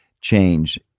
change